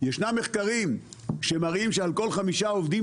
ישנם מחקרים שמראים שעל כל חמישה עובדים